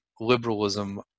liberalism